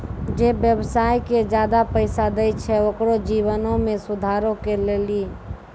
जे व्यवसाय के ज्यादा पैसा दै छै ओकरो जीवनो मे सुधारो के लेली